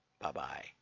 bye-bye